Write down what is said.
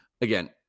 again